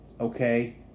Okay